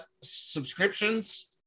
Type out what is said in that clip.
subscriptions